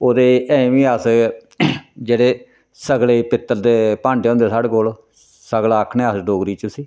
ओह्दे अजें बी अस जेह्ड़े सगले पित्तल दे भांडे होंदे साढ़े कोल सगला आक्खने अस डोगरी च उसी